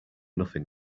nothing